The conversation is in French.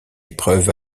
épreuve